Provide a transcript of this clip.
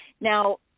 Now